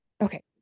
Okay